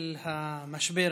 לקבל